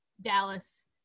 Dallas